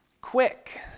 quick